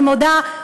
אני מודה,